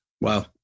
Wow